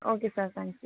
okay sir thank you